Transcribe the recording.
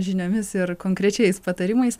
žiniomis ir konkrečiais patarimais